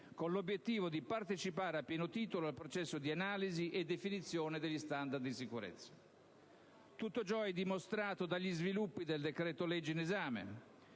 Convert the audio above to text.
con l'obiettivo di partecipare a pieno titolo al processo di analisi e definizione degli *standard* di sicurezza. Tutto ciò è dimostrato dagli sviluppi del decreto-legge in